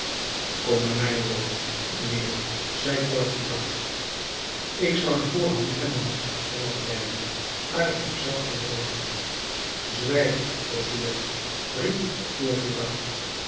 kom bij mij wonen mijnheer zei courfeyrac ik zou de voorhand hebben hernam l'aigle maar ik heb zelf geen woning zwijg bossuet riep